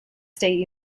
state